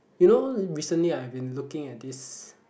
you know recently I've been looking at this